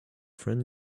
friend